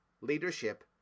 leadership